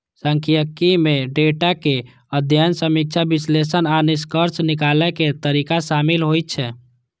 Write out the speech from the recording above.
सांख्यिकी मे डेटाक अध्ययन, समीक्षा, विश्लेषण आ निष्कर्ष निकालै के तरीका शामिल होइ छै